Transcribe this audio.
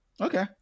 okay